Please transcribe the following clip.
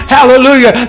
Hallelujah